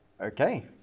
Okay